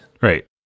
Right